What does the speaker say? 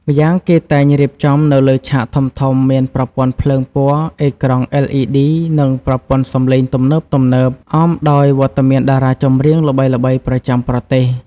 ម្យ៉ាងគេតែងរៀបចំនៅលើឆាកធំៗ មាន ប្រព័ន្ធភ្លើងពណ៌ អេក្រង់ LED និងប្រព័ន្ធសំឡេងទំនើបៗ អមដោយវត្តមានតារាចម្រៀងល្បីៗប្រចាំប្រទេស។